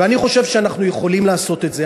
ואני חושב שאנחנו יכולים לעשות את זה.